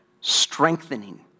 strengthening